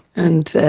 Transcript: and